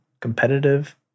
competitive